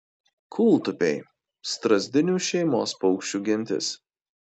kūltupiai strazdinių šeimos paukščių gentis